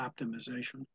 optimization